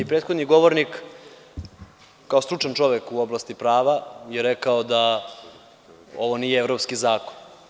Prethodni govornik kao stručan čovek u oblasti prava je rekao da ovo nije evropski zakon.